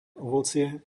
ovocie